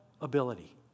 ability